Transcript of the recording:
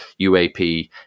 UAP